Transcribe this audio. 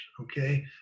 okay